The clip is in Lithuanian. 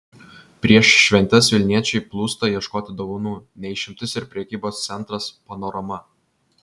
prieš šventes vilniečiai plūsta ieškoti dovanų ne išimtis ir prekybos centras panorama